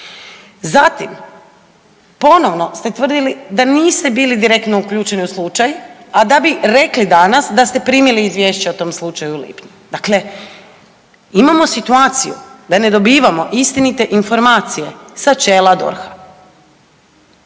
Zatim ponovno ste tvrdili da niste bili direktno uključeni u slučaj, a da bi rekli danas da ste primili Izvješće o tom slučaju u lipnju. Dakle, imamo situaciju da ne dobivamo istinite informacije sa čela DORH-a.